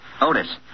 Otis